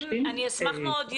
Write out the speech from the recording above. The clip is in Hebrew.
אני אשמח מאוד,